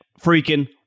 freaking